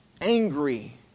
angry